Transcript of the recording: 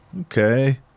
okay